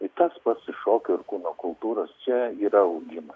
i tas pats i šokio ir kūno kultūros čia yra augimas